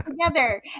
together